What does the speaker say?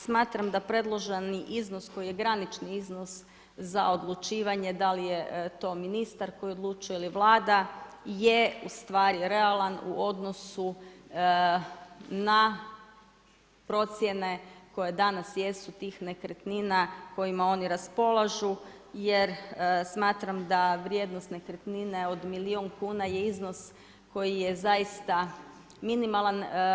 Smatram da predloženi iznos koji je granični iznos za odlučivanje da li je to ministar koji odlučuje ili Vlada je realan u odnosu na procjene koje danas jesu tih nekretnina kojima oni raspolažu jer smatram da vrijednost nekretnine od milijun kuna je iznos koji je zaista minimalan.